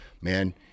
man